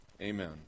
amen